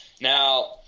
Now